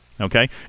okay